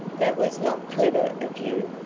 that was not clever of you,